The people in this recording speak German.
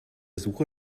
suche